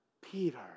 Peter